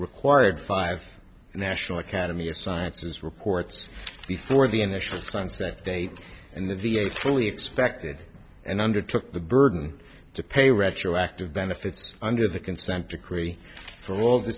required five national academy of sciences reports before the initial signs that date and the v a fully expected and under took the burden to pay retroactive benefits under the consent decree for all